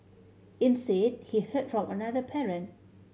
instead he heard from another parent